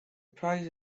prize